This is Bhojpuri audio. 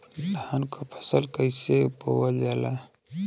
धान क फसल कईसे बोवल जाला?